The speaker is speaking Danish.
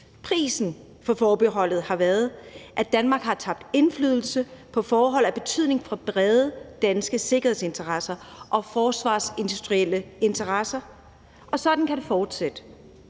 Prisen for forbeholdet har været, at Danmark har tabt indflydelse på forhold af betydning for brede danske sikkerhedsinteresser og forsvarsindustrielle interesser, og sådan kan det fortsætte.